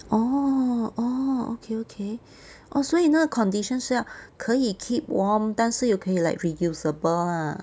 orh orh okay okay orh 所以那个 condition 是要可以 keep warm 但是又可以 like reusable lah